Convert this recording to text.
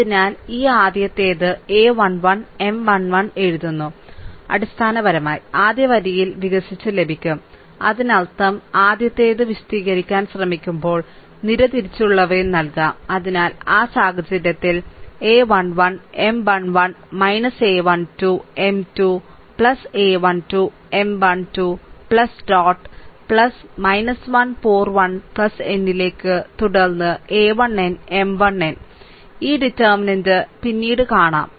അതിനാൽ ഈ ആദ്യത്തേത് a11 M 1 1 എഴുതുന്നു അടിസ്ഥാനപരമായി ആദ്യ വരിയിൽ വികസിച്ച് ലഭിക്കും അതിനർത്ഥം ആദ്യത്തേത് വിശദീകരിക്കാൻ ശ്രമിക്കുമ്പോൾ നിര തിരിച്ചുള്ളവയും നൽകാം അതിനാൽ ആ സാഹചര്യത്തിൽ a 1 1 M 1 1 a 1 2 M 2 a 1 2 M 1 2 dot dot dot 1 പോർ 1 n ലേക്ക് തുടർന്ന് a 1n M 1n ഈ ഡിറ്റർമിനന്റ് പിന്നീട് കാണാം